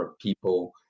people